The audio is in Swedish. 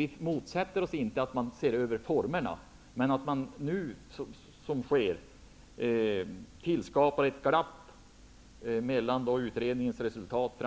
Vi motsätter oss inte att man ser över formerna, men vi tycker att det är mycket märkligt att man, som nu sker, tillskapar ett glapp mellan utredningens resultat